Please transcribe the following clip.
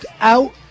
out